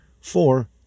four